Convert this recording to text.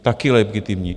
Taky legitimní.